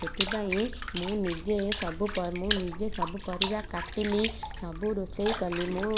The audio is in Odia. ସେଥିପାଇଁ ମୁଁ ନିଜେ ସବୁ ମୁଁ ନିଜେ ସବୁ ପରିବା କାଟିଲି ସବୁ ରୋଷେଇ କଲି ମୁଁ